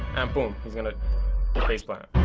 and boom, he's gonna faceplant.